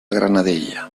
granadella